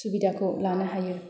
सुबिदाखौ लानो हायो